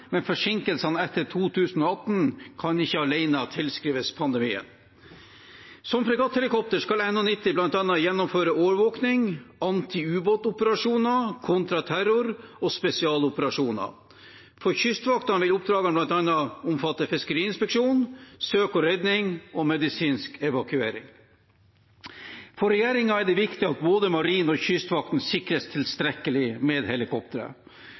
men forsinkelsene etter 2018 kan ikke alene tilskrives pandemien. Som fregatthelikopter skal NH90 bl.a. gjennomføre overvåking, anti-ubåtoperasjoner, kontraterror og spesialoperasjoner. For Kystvakten vil oppdragene bl.a. omfatte fiskeriinspeksjon, søk og redning og medisinsk evakuering. For regjeringen er det viktig at både marinen og Kystvakten sikres tilstrekkelig med helikoptre.